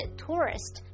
tourist